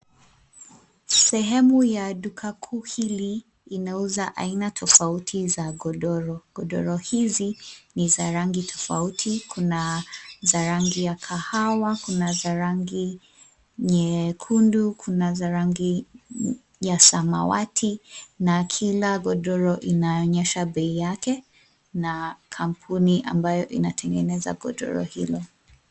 Sehemu ya duka kuu hili inauza aina tofauti za godoro. Godoro hizi ni za rangi tofauti: kuna za rangi ya kahawa, kuna za rangi nyekundu, kuna za rangi ya samawati na kila godoro inaonyesha bei yake na kampuni ambayo inatengeneza godoro hile.